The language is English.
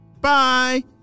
Bye